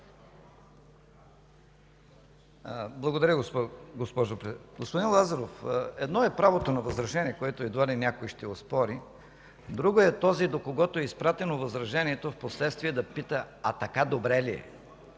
Благодаря, госпожо Председател. Господин Лазаров, едно е правото на възражение, което едва ли някой ще оспори, друго е този, до когото е изпратено възражението, впоследствие да пита: „А така добре ли е?”